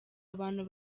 abantu